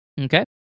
Okay